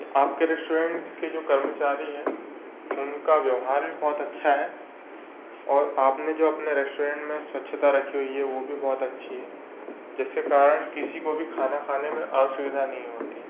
आपके रेस्टोरेंट के जो कर्मचारी है उनका व्यवहार भी बहुत अच्छा है और आपने जो अपने रेस्टोरेंट मे स्वच्छता रखी हुई है वह भी बहुत अच्छी है जिसके कारण किसी को भी खाना खाने में असुविधा नहीं होती